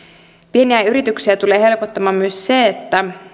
pieniä yrityksiä tulee helpottamaan myös se että